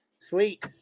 Sweet